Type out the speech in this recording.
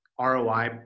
ROI